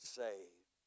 saved